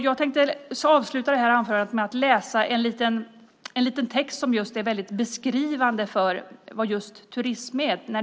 Jag tänkte avsluta anförandet med att läsa upp en kort text som är väldigt beskrivande när det gäller vad just turism är.